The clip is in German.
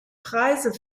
preise